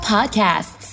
Podcasts